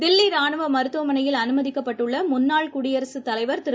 தில்லிரானுவமருத்துவமனையில் அனுமதிக்கப்பட்டுள்ளமுன்னாள் குடியரசுத் தலைவர் திரு